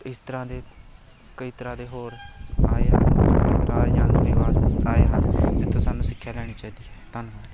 ਇਸ ਤਰ੍ਹਾਂ ਦੇ ਕਈ ਤਰ੍ਹਾਂ ਦੇ ਹੋਰ ਆਏ ਆਏ ਹਨ ਜਿੱਥੋਂ ਸਾਨੂੰ ਸਿੱਖਿਆ ਲੈਣੀ ਚਾਹੀਦੀ ਹੈ ਧੰਨਵਾਦ